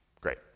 Great